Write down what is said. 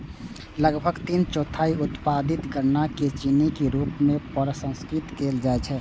लगभग तीन चौथाई उत्पादित गन्ना कें चीनी के रूप मे प्रसंस्कृत कैल जाइ छै